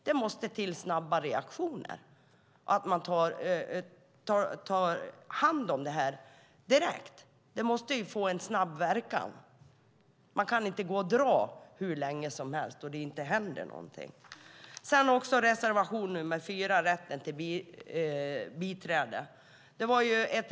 Det måste till snabba reaktioner. Man måste ta hand om det direkt. Det måste få en snabb verkan. Man kan inte gå och dra på frågan hur länge som helst utan att det händer någonting. Reservation nr 4 gäller rätten till biträde.